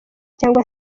cyangwa